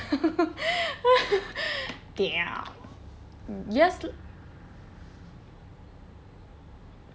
yes~